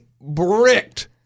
bricked